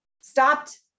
stopped